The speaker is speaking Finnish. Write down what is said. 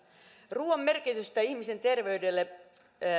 ruuan merkitystä ihmisen terveydelle